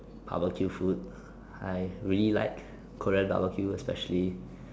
barbecue food I really like Korean barbecue especially